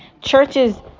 churches